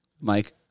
Mike